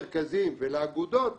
למרכזים ולאגודות